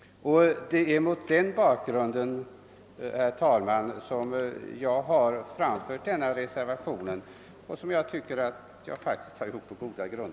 Det är mot den bakgrunden, herr talman, som jag har framfört denna reservation, och jag tycker faktiskt att den är byggd på en god grund.